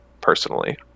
personally